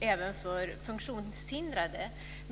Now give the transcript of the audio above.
även för funktionshindrade.